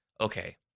Okay